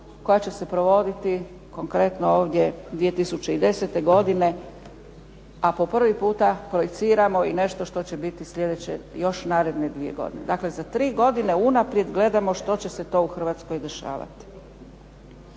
koja će se provoditi konkretno ovdje 2010. godine a po prvi puta projiciramo nešto što će biti sljedeće naredne 2 godine. Dakle, za 3 godine unaprijed gledamo što će se to u Hrvatskoj dešavati.